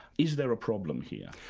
is there a problem here?